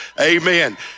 amen